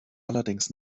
allerdings